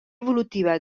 evolutiva